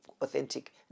authentic